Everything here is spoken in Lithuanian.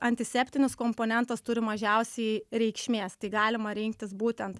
antiseptinis komponentas turi mažiausiai reikšmės tai galima rinktis būtent